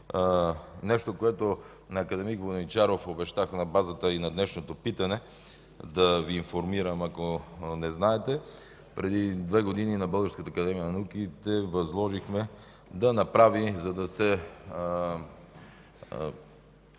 Нещо, което на акад. Воденичаров обещах на базата и на днешното питане да Ви информирам, ако не знаете. Преди две години на Българската академия на науките възложихме да направи, за да се